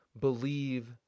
believe